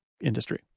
industry